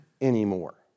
anymore